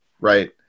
right